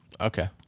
Okay